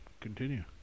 continue